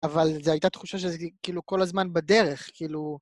אבל זו הייתה תחושה שזה כאילו כל הזמן בדרך, כאילו...